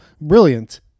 brilliant